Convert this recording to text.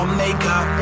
makeup